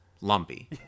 Lumpy